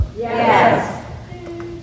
Yes